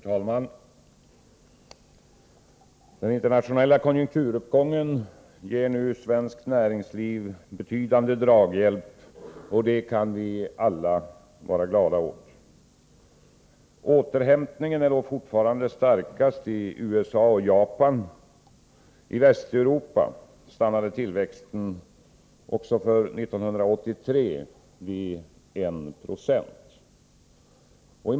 Herr talman! Den internationella konjunkturuppgången ger nu svenskt näringsliv betydande draghjälp, och det kan vi alla vara glada åt. Återhämtningen är dock fortfarande starkast i USA och Japan. I Västeuropa stannade tillväxten också för 1983 vid 1 70.